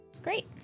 Great